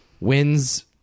wins